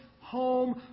home